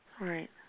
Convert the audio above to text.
Right